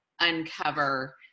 uncover